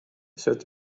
sette